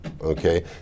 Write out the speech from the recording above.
Okay